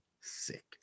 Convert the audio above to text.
sick